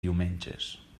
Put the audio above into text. diumenges